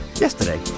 yesterday